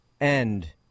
end